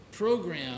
program